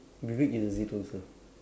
Vivek uses it also